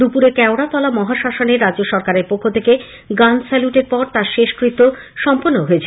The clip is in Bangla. দুপুরে কেওরাতলা মহাশ্মশানে রাজ্য সরকারের পক্ষ থেকে গান স্যালুটের পর তাঁর শেষকৃত্য সম্পন্ন হয়েছে